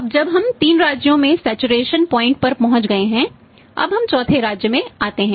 अब जब हम 3 राज्यों में सैचुरेशन पॉइंट देते हैं